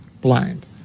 blind